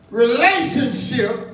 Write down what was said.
relationship